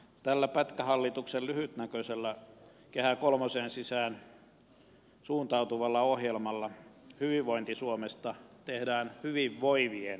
tällä pätkähallituksen lyhytnäköisellä kehä kolmosen sisään suuntautuvalla ohjelmalla hyvinvointi suomesta tehdään hyvinvoivien suomi